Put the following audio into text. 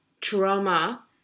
trauma